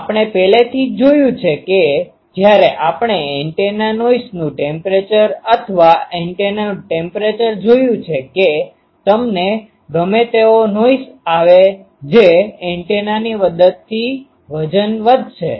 હવે આપણે પહેલેથી જ જોયું છે કે જ્યારે આપણે એન્ટેના નોઈસનું ટેમ્પરેચર અથવા એન્ટેનાનું ટેમ્પરેચર જોયું છે કે તમને ગમે તેવો નોઈસ આવે જે એન્ટેનાની મદદથી વજન વધે છે